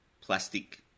plastic